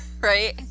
right